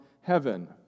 heaven